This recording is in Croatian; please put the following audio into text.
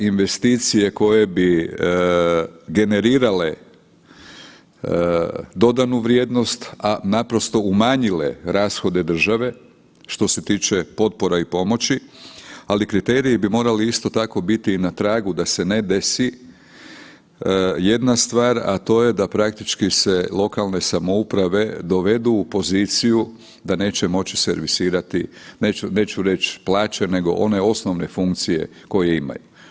Investicije koje bi generirale dodanu vrijednost, a naprosto umanjile rashode države što se tiče potpora i pomoći, ali kriteriji bi morali isto tako biti na tragu da se ne desi jedna stvar, a to je da praktički se lokalne samouprave dovedu u poziciju da neće moći servisirati, neću reć plaće nego one osnovne funkcije koje imaju.